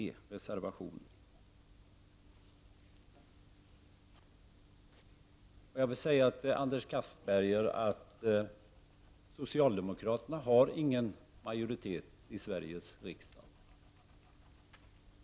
Till Anders Castberger vill jag säga att socialdemokraterna inte har majoritet i Sveriges riksdag.